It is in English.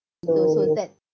so